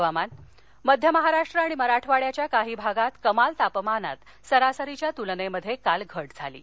हवामान मध्य महाराष्ट्र आणि मराठवाङ्याच्या काही भागात कमाल तापमानात सरासरीच्या तूलनेत घात झाली आहे